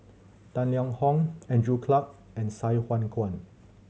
Tang Liang Hong Andrew Clarke and Sai Hua Kuan